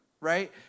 right